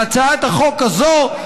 בהצעת החוק הזאת,